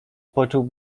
poczuł